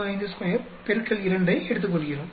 352 X 2 ஐ எடுத்துக்கொள்கிறோம்